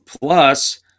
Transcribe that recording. Plus